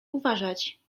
uważać